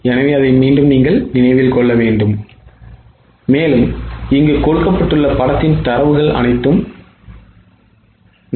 எனவே மேலே கொடுக்கப்பட்டுள்ள படத்தில் தரவுகள் அனைத்தும் உள்ளன